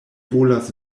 volas